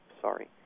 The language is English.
sorry